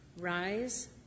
Rise